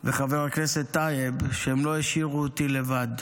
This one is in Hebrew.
לחבר הכנסת טייב, שהם לא השאירו אותי לבד,